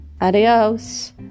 adios